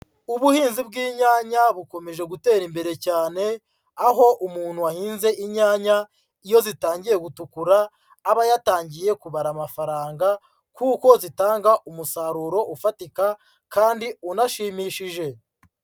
Ubuhinzi bw'inyanya bukomeje gutera imbere cyane, aho umuntu wahinze inyanya iyo zitangiye gutukura aba yatangiye kubara amafaranga, kuko zitanga umusaruro ufatika kandi unashimishije.